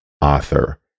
author